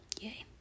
Yay